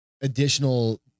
additional